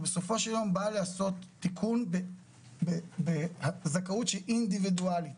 הוא בסופו של יום בא לעשות תיקון בזכאות שהיא אינדיבידואלית